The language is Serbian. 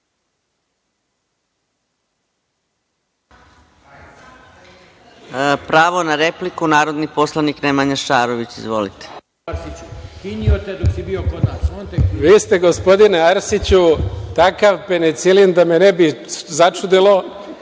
Pravo na repliku, narodni poslanik Nemanja Šarović. Izvolite. **Nemanja Šarović** Vi ste gospodine Arsiću takav penicilin da me ne bi začudilo